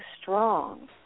strong